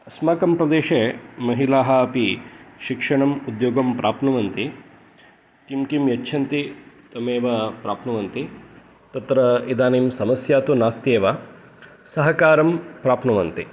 अस्माकं प्रदेशे महिलाः अपि शिक्षणम् उद्योगं प्राप्नुवन्ति किं किं यच्छन्ति तमेव प्राप्नुवन्ति तत्र इदानीं समस्या तु नास्त्येव सहकारं प्राप्नुवन्ति